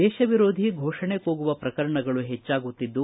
ದೇಶ ವಿರೋಧಿ ಫೋಷಣೆ ಕೂಗುವ ಪ್ರಕರಣಗಳು ಹೆಚ್ಚಾಗುತ್ತಿದ್ದು